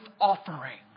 offering